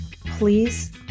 please